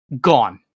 gone